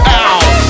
out